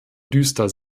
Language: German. düster